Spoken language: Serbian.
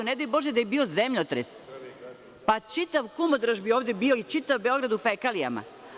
Ne daj Bože da je bio zemljotres, pa čitav Kumodraž bi ovde bio i čitav Beograd u fekalijama.